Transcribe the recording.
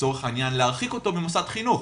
לצורך העניין הרחקתו ממוסד חינוך,